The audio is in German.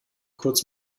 kurz